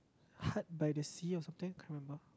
Hut by the Sea or something can't remember